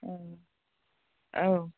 औ औ